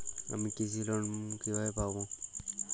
আমি কৃষি লোন কিভাবে পাবো?